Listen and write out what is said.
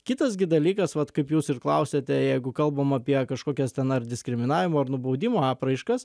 kitas gi dalykas vat kaip jūs ir klausiate jeigu kalbam apie kažkokias ten ar diskriminavimo ar nubaudimo apraiškas